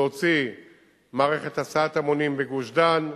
להוציא מערכת הסעת המונים בגוש-דן.